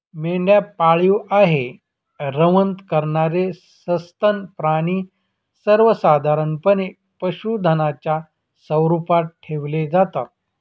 मेंढ्या पाळीव आहे, रवंथ करणारे सस्तन प्राणी सर्वसाधारणपणे पशुधनाच्या स्वरूपात ठेवले जातात